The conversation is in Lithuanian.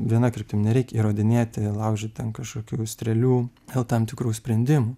viena kryptim nereik įrodinėti laužyt ten kažkokių strėlių dėl tam tikrų sprendimų